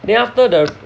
then after the